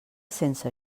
sense